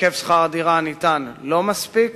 היקף שכר הדירה הניתן לא מספיק,